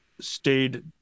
stayed